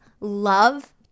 love